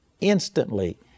INSTANTLY